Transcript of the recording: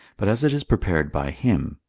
but as it is prepared by him.